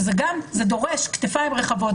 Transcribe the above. שזה גם דורש כתפיים רחבות,